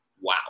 Wow